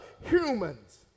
humans